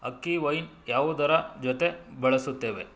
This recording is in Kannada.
ಅಕ್ಕಿ ವೈನ್ ಯಾವುದರ ಜೊತೆ ಬಳಸುತ್ತೇವೆ